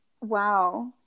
Wow